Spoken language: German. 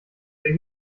der